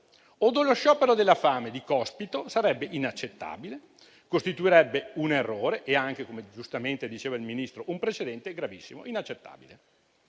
o dello sciopero della fame di Cospito sarebbe inaccettabile, costituirebbe un errore e anche, come giustamente diceva il Ministro, un precedente gravissimo e inaccettabile.